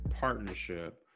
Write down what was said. partnership